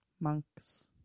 Monks